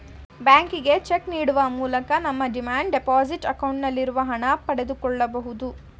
ಬ್ಯಾಂಕಿಗೆ ಚೆಕ್ ನೀಡುವ ಮೂಲಕ ನಮ್ಮ ಡಿಮ್ಯಾಂಡ್ ಡೆಪೋಸಿಟ್ ಅಕೌಂಟ್ ನಲ್ಲಿರುವ ಹಣ ಪಡೆದುಕೊಳ್ಳಬಹುದು